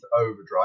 overdrive